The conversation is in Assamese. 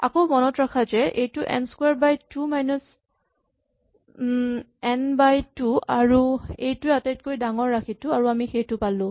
আকৌ মনত ৰাখা যে এইটো N square by two minus N by two আৰু এইটোৱেই আটাইতকৈ ডাঙৰ ৰাশিটো আৰু আমি সেইটো পালো